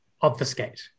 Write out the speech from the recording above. obfuscate